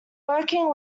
working